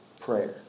Prayer